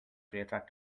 attractive